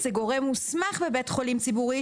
זה גורם מוסמך בבית חולים ציבורי,